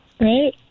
Right